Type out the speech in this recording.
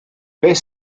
beth